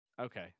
Okay